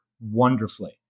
Wonderfully